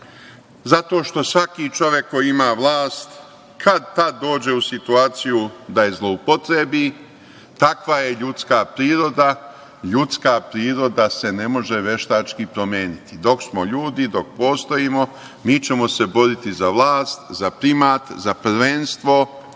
Zato što svaki čovek koji ima vlast kad tad dođe u situaciju da je zloupotrebi. Takva je ljudska priroda. Ljudska priroda se ne može veštački promeniti. Dok smo ljudi, dok postojimo mi ćemo se boriti za vlast, za primat, za prvenstvo,